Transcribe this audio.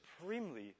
supremely